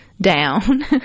down